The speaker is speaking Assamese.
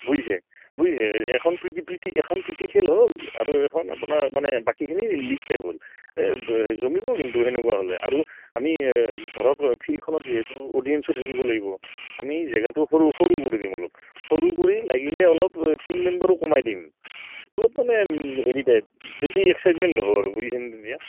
বুজিছে বুজিছে এখন এখন প্ৰীতি খেল হ'ল আৰু এখন আপোনাৰ মানে বাকীখিনি লীগ টাইপ হ'ল জমিব কিন্তু তেনেকুৱা হ'লে আৰু আমি ধৰক ফিল্ডখনত যিহেতু অডিয়েঞ্চো থাকিব লাগিব আমি জেগাটো সৰু সৰু কৰি দিম অলপ সৰু কৰি লাগিলে অলপ টিম মেম্বাৰো কমাই দিম অলপ মানে হেৰি টাইপ বেছি এক্সাইটমেণ্ট হ'ব আৰু বুজিছেনে তেতিয়া